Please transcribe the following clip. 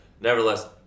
nevertheless